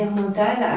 mental